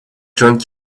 drunk